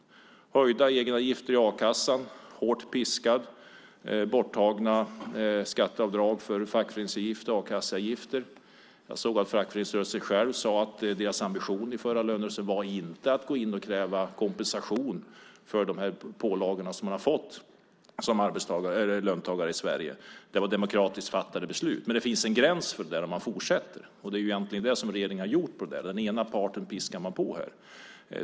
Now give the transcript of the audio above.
Det är höjda egenavgifter i a-kassan, hårt piskande, borttagna skatteavdrag för fackföreningsavgift och a-kassaavgifter. Fackföreningsrörelsen sade själv att dess ambition i förra lönerörelsen inte var att kräva kompensation för de pålagor som man har fått som löntagare i Sverige. Det var demokratiskt fattade beslut. Men det finns en gräns där man ändå fortsätter. Det är egentligen det som regeringen har gjort. Den ena parten piskar man på.